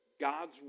God's